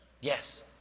Yes